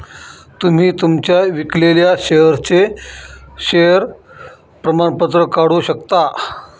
तुम्ही तुमच्या विकलेल्या शेअर्सचे शेअर प्रमाणपत्र काढू शकता